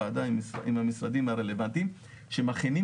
ועדה עם המשרדים הרלוונטיים שמכינים